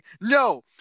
No